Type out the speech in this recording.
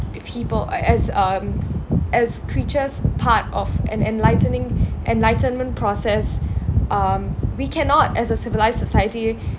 people as um as creatures part of an enlightening enlightenment process um we cannot as a civilised society